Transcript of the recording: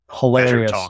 hilarious